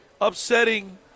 upsetting